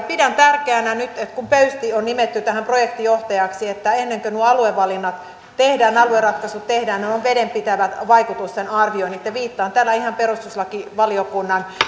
pidän tärkeänä nyt kun pöysti on nimetty tähän projektinjohtajaksi että ennen kuin nuo aluevalinnat tehdään alueratkaisut tehdään niin on vedenpitävät vaikutusten arvioinnit viittaan täällä ihan perustuslakivaliokunnan